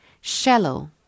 shallow